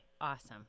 awesome